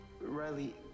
Riley